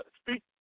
speak